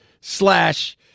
slash